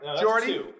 Jordy